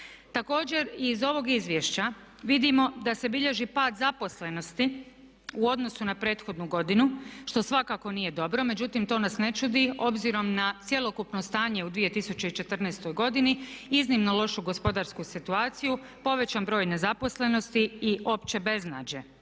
Također iz ovog izvješća vidimo da se bilježi pad zaposlenosti u odnosu na prethodnu godinu što svakako nije dobro, međutim to nas ne čudi obzirom na cjelokupno stanje u 2014. godini, iznimno lošu gospodarsku situaciju, povećan broj nezaposlenosti i opće beznađe.